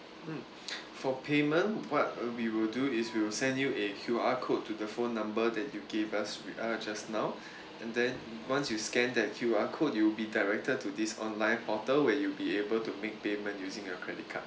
mm for payment what uh we will do is we will send you a Q_R code to the phone number that you gave us wi~ uh just now and then once you scan that Q_R code you will be directed to this online portal where you'll be able to make payment using your credit card